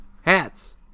Hats